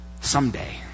Someday